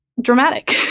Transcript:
dramatic